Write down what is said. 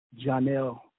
Janelle